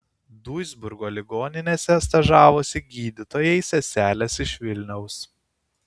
duisburgo ligoninėse stažavosi gydytojai seselės iš vilniaus